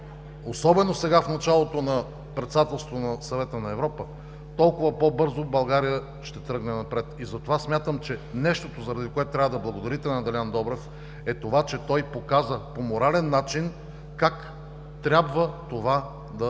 особено сега – в началото на председателството на Съвета на Европа, толкова по-бързо България ще тръгне напред. Затова смятам, че нещото, заради което трябва да благодарите на Делян Добрев, е това, че той показа по морален начин как трябва това да